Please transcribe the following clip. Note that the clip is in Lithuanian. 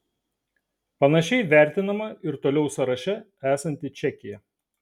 panašiai vertinama ir toliau sąraše esanti čekija